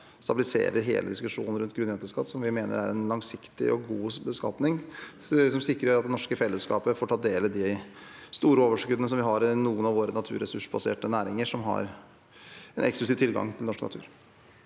stabiliserer også hele diskusjonen rundt grunnrenteskatt, som vi mener er en langsiktig og god beskatning som sikrer at det norske fellesskapet får ta del i de store overskuddene vi har i noen av våre naturressursbaserte næringer, som har en eksklusiv tilgang til norsk natur.